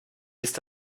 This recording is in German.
ist